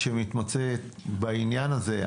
שמתמצא בעניין הזה,